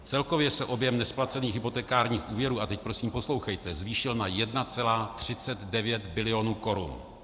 Celkově se objem nesplacených hypotekárních úvěrů a teď prosím poslouchejte zvýšil na 1,39 bilion korun.